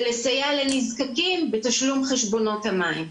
ולסייע לנזקקים בתשלום חשבונות המים.